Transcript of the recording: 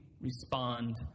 respond